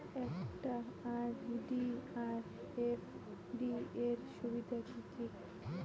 একটা আর.ডি আর এফ.ডি এর সুবিধা কি কি?